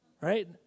Right